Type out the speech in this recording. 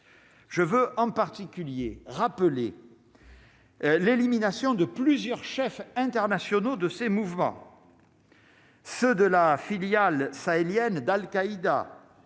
je veux en particulier rappelé l'élimination de plusieurs chefs internationaux de ces mouvements. Ceux de la filiale sahélienne d'Al Qaïda